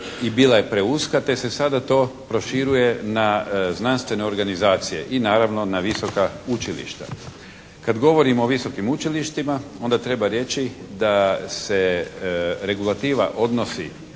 i bila je preuska te se sada to proširuje na znanstvene organizacije i naravno na visoka učilišta. Kada govorimo o visokim učilištima onda treba reći da se regulativa odnosi